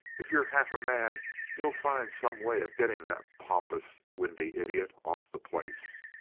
if you're half a man you'll find some way of getting that pompous, windy idiot off the place.